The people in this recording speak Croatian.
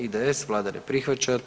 IDS, Vlada ne prihvaća.